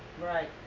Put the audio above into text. right